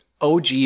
OG